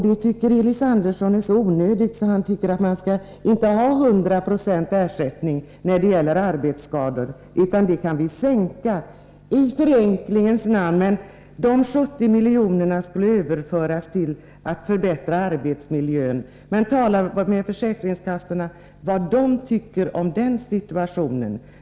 Det tycker Elis Andersson är så onödigt att man inte bör ha 100 procents ersättning när det gäller arbetsskador. Den ersättningen skall vi enligt Elis Andersson sänka, i förenklingens namn. De 70 miljonerna skall användas till åtgärder för att förbättra arbetsmiljön. Men tala med försäkringskassorna om vad de tycker om den ordningen!